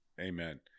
Amen